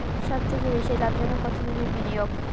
সবথেকে বেশি লাভজনক কতদিনের বিনিয়োগ?